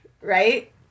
right